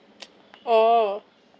oh